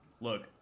Look